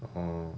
orh